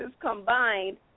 combined